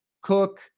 Cook